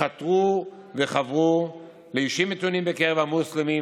חתרו וחברו לאישים מתונים בקרב המוסלמים